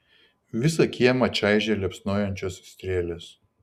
visą kiemą čaižė liepsnojančios strėlės